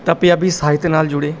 ਤਾਂ ਪੰਜਾਬੀ ਸਾਹਿਤ ਨਾਲ ਜੁੜੇ